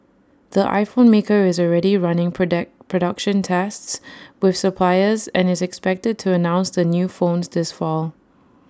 the iPhone maker is already running product production tests with suppliers and is expected to announce the new phones this fall